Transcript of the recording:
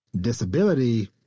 disability